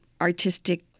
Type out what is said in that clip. artistic